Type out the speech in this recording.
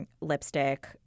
Lipstick